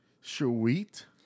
Sweet